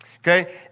Okay